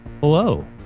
Hello